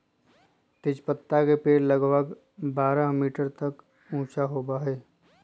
तेजपत्ता के पेड़ लगभग बारह मीटर तक ऊंचा होबा हई